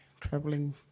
traveling